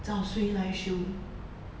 找谁来修